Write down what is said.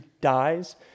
dies